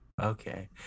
Okay